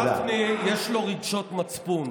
גפני, יש לו רגשות מצפון.